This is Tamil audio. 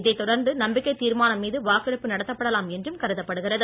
இதைத் தொடர்ந்து நம்பிக்கை தீர்மானம் மீது வாக்கெடுப்பு நடத்தப்படலாம் என்றும் கருதப்படுகிறது